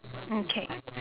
okay